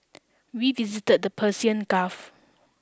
we visited the Persian Gulf